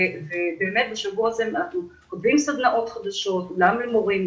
ובשבוע הזה אנחנו קובעים סדנאות חדשות גם למורים,